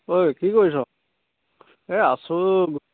ঐ কি কৰিছ এই আছোঁ